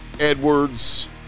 Edwards